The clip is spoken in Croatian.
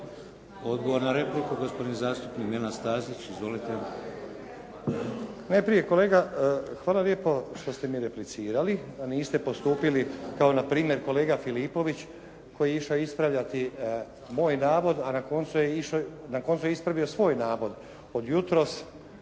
Odgovor na repliku, gospodin zastupnik Nenad Stazić. Izvolite. **Stazić, Nenad (SDP)** Najprije kolega, hvala lijepo što ste mi replicirali. Niste postupili kao na primjer kolega Filipović koji je išao ispravljati moj navod, a na koncu je ispravio svoj navod od jutros